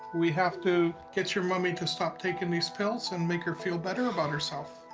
we have to get your mommy to stop taking these pills and make her feel better about herself.